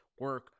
Work